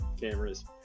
cameras